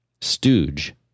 Stooge